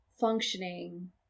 functioning